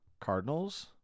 Cardinals